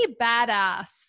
badass